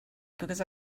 because